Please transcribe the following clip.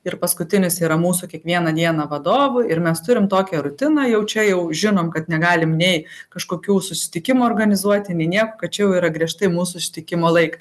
ir paskutinis yra mūsų kiekvieną dieną vadovų ir mes turim tokią rutiną jau čia jau žinom kad negalim nei kažkokių susitikimų organizuoti minėjau kad jau yra griežtai mūsų susitikimo laikas